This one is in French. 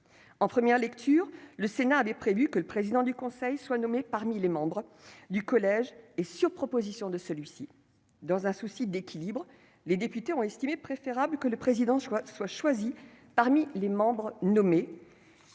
En première lecture, le Sénat a prévu que le président du Conseil des maisons de vente soit nommé parmi les membres du collège et sur proposition de celui-ci. Dans un souci d'équilibre, les députés ont estimé préférable que le président soit choisi parmi les membres nommés